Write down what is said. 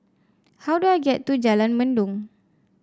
how do I get to Jalan Mendong